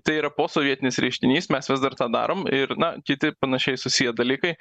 tai yra posovietinis reiškinys mes vis dar tą darom ir na kiti panašiai susiję dalykai